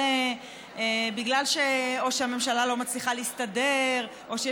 או בגלל שהממשלה לא מצליחה לסדר או יש